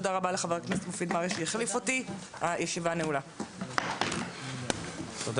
תודה רבה לחב הישיבה ננעלה בשעה 15:10.